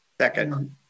Second